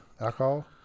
alcohol